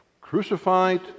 crucified